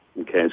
okay